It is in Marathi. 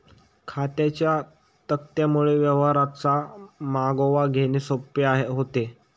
खात्यांच्या तक्त्यांमुळे व्यवहारांचा मागोवा घेणे सोपे होते